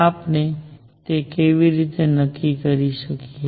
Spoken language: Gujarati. આપણે તે કેવી રીતે નક્કી કરી શકીએ